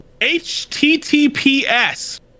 HTTPS